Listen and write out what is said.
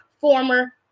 former